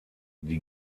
die